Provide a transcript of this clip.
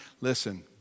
Listen